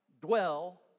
dwell